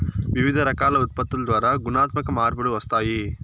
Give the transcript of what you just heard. వివిధ రకాల ఉత్పత్తుల ద్వారా గుణాత్మక మార్పులు వస్తాయి